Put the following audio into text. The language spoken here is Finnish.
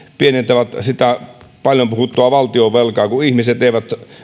pienentävät sitä paljon puhuttua valtionvelkaa kun ihmiset eivät